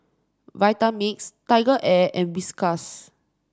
Vitamix Tiger Air and Whiskas